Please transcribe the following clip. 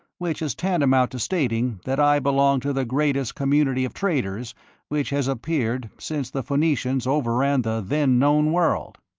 which is tantamount to stating that i belong to the greatest community of traders which has appeared since the phoenicians overran the then known world.